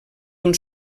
d’un